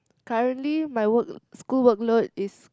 currently my work school work load is